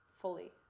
fully